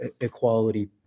equality